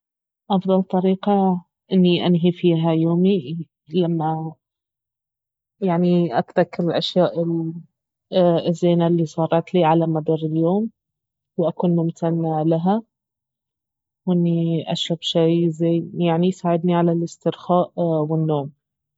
افضل طريقة اني انهي فيها يومي لما يعني أتذكر الأشياء الزينة الي صارت لي على مدار اليوم واكون ممتنة لها واني اشرب شي زين يعني يساعدني على الاسترخاء والنوم